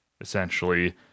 essentially